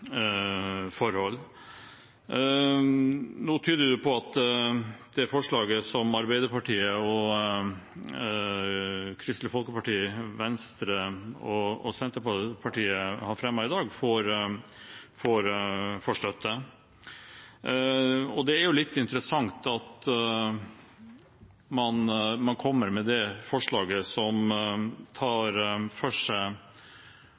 forhold. Nå ser det ut som det forslaget som Arbeiderpartiet, Kristelig Folkeparti, Venstre og Senterpartiet har fremmet i dag, får støtte. Det er litt interessant at man kommer med det forslaget, som tar for seg